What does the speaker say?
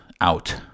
out